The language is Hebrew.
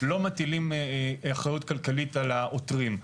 לא מטילים אחריות כלכלית על העותרים,